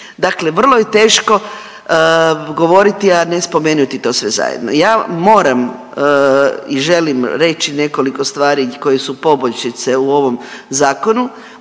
Dakle, vrlo je teško govoriti, a ne spomenuti to sve zajedno. Ja moram i želim reći nekoliko stvari koje su poboljšice u ovom zakonu,